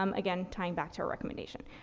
um again, tying back to our recommendation.